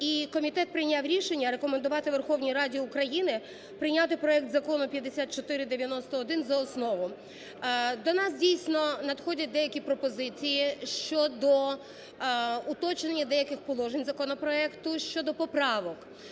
І комітет прийняв рішення рекомендувати Верховній Раді України прийняти проект Закону 5491 за основу. До нас, дійсно, надходять деякі пропозиції щодо уточнення деяких положень законопроекту, щодо поправок.